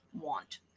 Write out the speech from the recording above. want